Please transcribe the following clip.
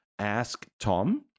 asktom